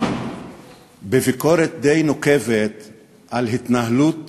בביקורת די נוקבת על התנהלות